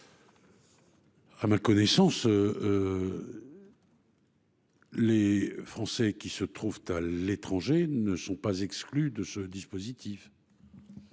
À ma connaissance, les Français se trouvant à l'étranger ne sont pas exclus de ce dispositif.